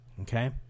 okay